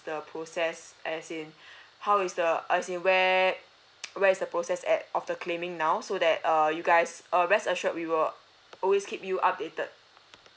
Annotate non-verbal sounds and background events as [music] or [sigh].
the process as in [breath] how is the as in where [noise] where is the process at of the claiming now so that uh you guys uh rest assured we will always keep you updated